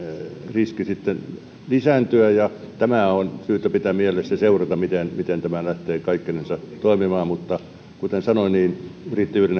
riski voi lisääntyä ja tämä on syytä pitää mielessä ja seurata miten miten tämä lähtee kaikkinensa toimimaan mutta kuten sanoin yrittäjyyden